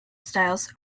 styles